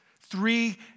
Three